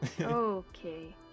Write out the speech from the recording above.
Okay